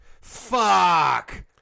fuck